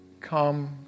come